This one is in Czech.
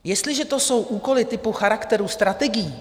Jestliže to jsou úkoly typu charakteru strategií...